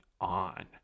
on